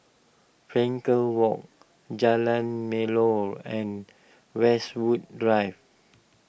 Frankel Walk Jalan Melor and Westwood Drive